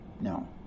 no